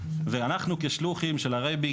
ואנחנו כשלוחים של הרבי,